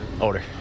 Older